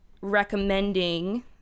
recommending